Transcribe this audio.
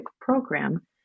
program